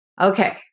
Okay